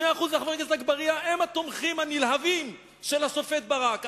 2% וחבר הכנסת אגבאריה הם התומכים הנלהבים של השופט ברק.